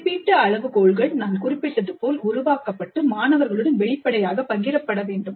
மதிப்பீட்டு அளவுகோல்கள் நான் குறிப்பிட்டது போல் உருவாக்கப்பட்டு மாணவர்களுடன் வெளிப்படையாக பகிரப்பட வேண்டும்